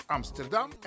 Amsterdam